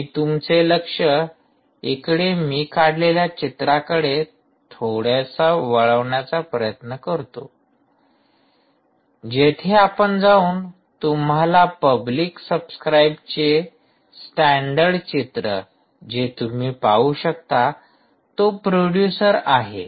मी तुमचे लक्ष इकडे मी काढलेल्या चित्रा कडे थोडेसे वळवण्याचा प्रयत्न करतो जेथे आपण जाऊन तुम्हाला पब्लिक सबस्क्राईबचे स्टॅंडर्ड चित्र जे तुम्ही पाहू शकता तो प्रोड्युसर आहे